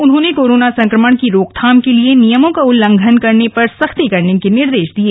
उन्होंने कोरोना संक्रमण की रोकथाम के लिए नियमों का उल्लघंन करने पर सख्ती करने के निर्देश दिये